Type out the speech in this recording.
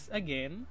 again